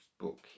book